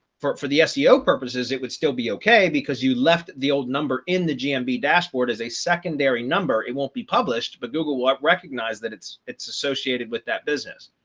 for for the seo purposes, it would still be okay because you left the old number in the gmb dashboard is a secondary number. it won't be published. but google will ah recognize that it's it's associated with that business.